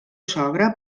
sogre